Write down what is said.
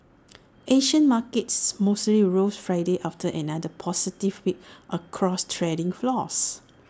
Asian markets mostly rose Friday after another positive week across trading floors